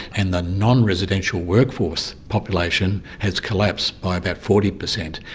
and the non-residential workforce population has collapsed by about forty percent.